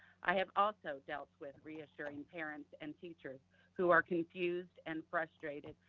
i have also dealt with reassuring parents and teachers who are confused and frustrated,